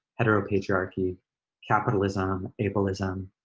heteropatriarchy, capitalism, ableism,